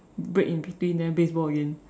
break in between then baseball again